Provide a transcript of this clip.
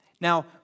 Now